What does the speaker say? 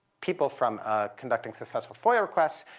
people from ah conducting successful foia requests,